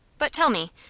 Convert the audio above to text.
but tell me,